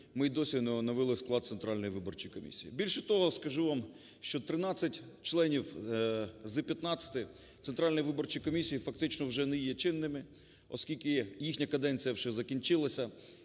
ми і досі не оновили склад Центральної виборчої комісії. Більше того, скажу вам, що 13 членів з 15 Центральної виборчої комісії фактично вже не є чинними, оскільки їхня каденція вже закінчилася.